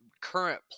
current